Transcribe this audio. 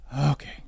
okay